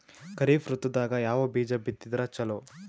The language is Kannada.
ಖರೀಫ್ ಋತದಾಗ ಯಾವ ಬೀಜ ಬಿತ್ತದರ ಚಲೋ?